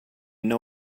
know